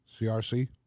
CRC